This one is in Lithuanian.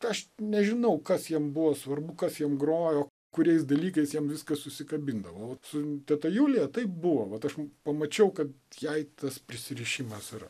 aš nežinau kas jam buvo svarbu kas jam grojo kuriais dalykais jiem viskas susikabindavau vat su teta julija taip buvo vat aš pamačiau kad jai tas prisirišimas ar